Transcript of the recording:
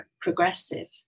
progressive